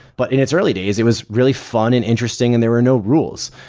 but in its early days, it was really fun and interesting and there were no rules.